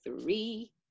three